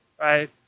right